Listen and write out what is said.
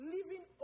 Living